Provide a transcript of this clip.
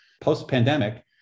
Post-pandemic